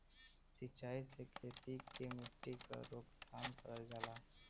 सिंचाई से खेती के मट्टी क रोकथाम करल जाला